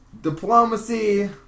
diplomacy